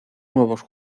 nuevos